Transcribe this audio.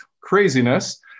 craziness